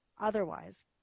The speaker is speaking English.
Otherwise